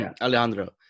Alejandro